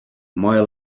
moje